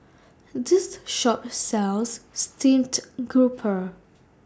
This Shop sells Steamed Grouper